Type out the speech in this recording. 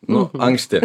nu anksti